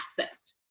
accessed